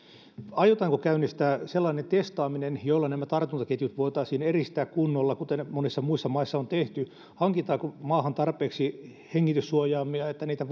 aiotaanko käynnistää sellainen testaaminen jolla nämä tartuntaketjut voitaisiin eristää kunnolla kuten monissa muissa maissa on tehty hankitaanko maahan tarpeeksi hengityssuojamia että niitä